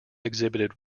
exhibited